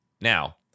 now